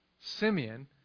Simeon